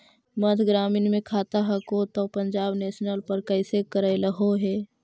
मध्य ग्रामीण मे खाता हको तौ पंजाब नेशनल पर कैसे करैलहो हे?